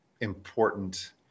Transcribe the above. important